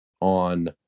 on